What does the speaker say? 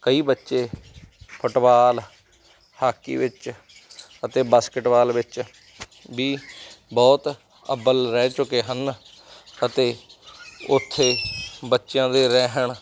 ਕਈ ਬੱਚੇ football hockey ਵਿੱਚ ਅਤੇ ਬਸਕਿਟਬਾਲ ਵਿੱਚ ਵੀ ਬਹੁਤ ਅੱਵਲ ਰਹਿ ਚੁੱਕੇ ਹਨ ਅਤੇ ਉੱਥੇ ਬੱਚਿਆਂ ਦੇ ਰਹਿਣ